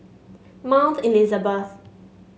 Mount Elizabeth